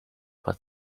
but